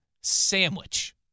sandwich